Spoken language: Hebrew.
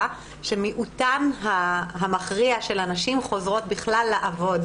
שמיעוטן המכריע של הנשים חוזרות בכלל לעבוד,